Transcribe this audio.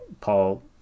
Paul